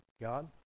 God